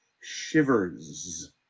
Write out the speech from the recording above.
Shivers